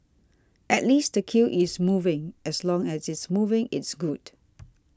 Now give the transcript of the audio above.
at least the queue is moving as long as it's moving it's good